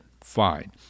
fine